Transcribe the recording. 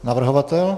Navrhovatel?